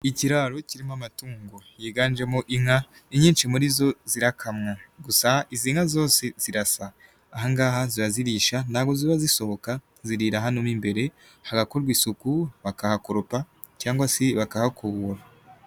Ikiraro kirimo amatungo yiganjemo inka inyinshi muri zo zirakamwa, gusa izi nka zose zirasa, aha ngaha ziba zirisha ntabwo ziba zisohoka zirira hano mo imbere, hagakorwa isuku bakahakoropa cyangwa se bakahakubura.